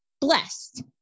blessed